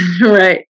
right